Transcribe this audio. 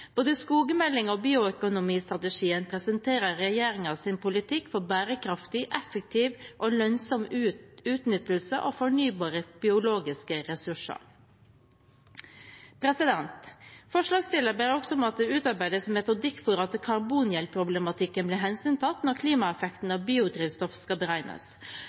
Både skogmeldingen og bioøkonomistrategien presenterer regjeringens politikk for bærekraftig, effektiv og lønnsom utnyttelse av fornybare biologiske ressurser. Forslagsstilleren ber også om at det utarbeides metodikk for at karbongjeldproblematikken blir hensyntatt når klimaeffekten av biodrivstoff skal beregnes.